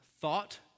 thought